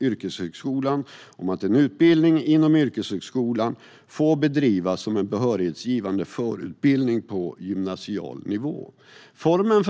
yrkeshögskolan om att en utbildning inom yrkeshögskolan får bedrivas som en behörighetsgivande förutbildning på gymnasial nivå.